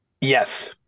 Yes